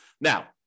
Now